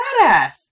badass